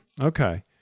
Okay